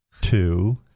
two